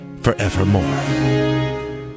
forevermore